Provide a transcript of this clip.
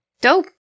Dope